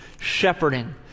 shepherding